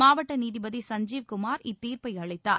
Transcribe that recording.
மாவட்ட நீதிபதி சஞ்ஜீவ் குமார் இத் தீர்ப்பை அளித்தார்